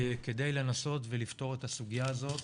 כדי לנסות את הסוגיה הזאת